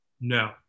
No